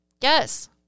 Yes